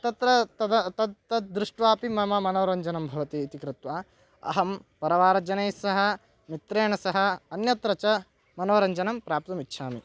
तत्र तद् तत् तद्दृष्ट्वापि मम मनोरञ्जनं भवति इति कृत्वा अहं परिवारजनैः सह मित्रेण सह अन्यत्र च मनोरञ्जनं प्राप्तुम् इच्छामि